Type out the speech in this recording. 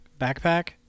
backpack